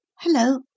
Hello